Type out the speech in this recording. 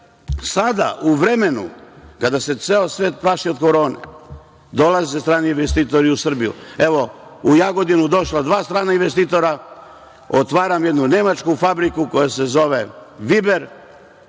sada u vremenu kada se ceo svet plaši od Korone, dolaze strani investitori u Srbiju. Evo, u Jagodinu su došla dva strana investitora. Otvaram jednu nemačku fabriku koja se zove „Viber“